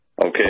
okay